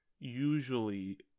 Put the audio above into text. usually